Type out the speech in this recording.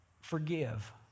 forgive